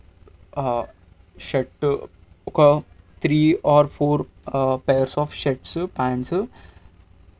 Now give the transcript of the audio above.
shirt ఒక three or four pairs of shirts pants